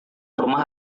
rumah